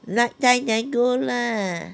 night time then go lah